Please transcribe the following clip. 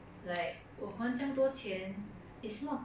看别人的脸色 but it's no choice [what]